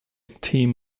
team